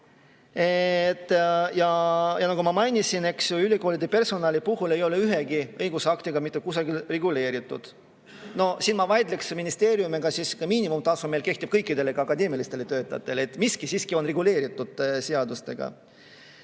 Nagu ma mainisin, eks ju, ülikoolide personali puhul ei ole ühegi õigusaktiga mitte kusagil reguleeritud. No siin ma vaidleksin ministeeriumile vastu, sest miinimumtasu meil kehtib kõikidele, ka akadeemilistele töötajatele. Nii et miski siiski on reguleeritud seadustega.